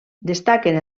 destaquen